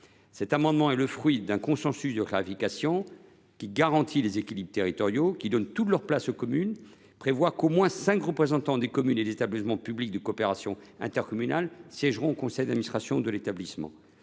amendement est le fruit d’un consensus en faveur d’une clarification qui garantisse les équilibres territoriaux et donne toute leur place aux communes. Il vise à prévoir qu’au moins cinq représentants des communes et des établissements publics de coopération intercommunale (EPCI) siégeront au conseil d’administration de l’établissement.